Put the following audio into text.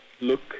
look